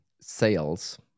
sales